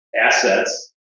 assets